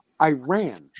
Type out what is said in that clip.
Iran